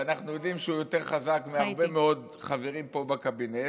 ואנחנו יודעים שהוא יותר חזק מהרבה מאוד חברים פה בקבינט: